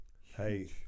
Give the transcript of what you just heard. hey